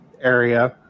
area